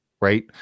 right